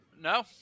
No